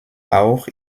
auch